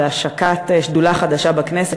בהשקת שדולה חדשה בכנסת,